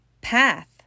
path